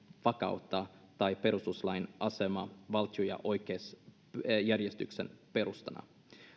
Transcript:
vakautta tai perustuslain asemaa valtio ja oikeusjärjestyksen perustana